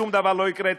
שום דבר לא יקרה,